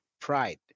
pride